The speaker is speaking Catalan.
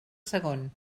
segon